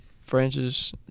Francis